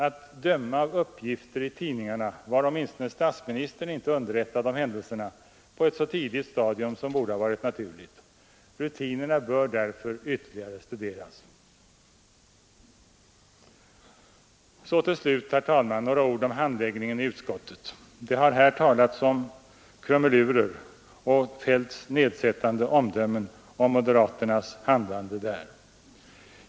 Att döma av uppgifter i tidningarna var åtminstone statsministern inte underrättad om händelserna på ett så tidigt stadium som borde ha varit naturligt. Rutinerna bör därför ytterligare studeras. Så, herr talman, några ord om handläggningen i utskottet! Det har här talats om krumelurer och fällts nedsättande omdömen om moderaternas handlande där.